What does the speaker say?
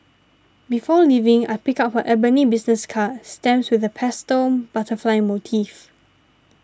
before leaving I pick up her ebony business card stamped with a pastel butterfly motif